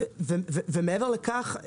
ומעבר לכך,